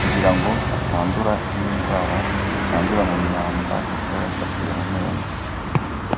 kugira ngo atandura izindi ndwara zandura mu myanda iba yafatiye mu menyo.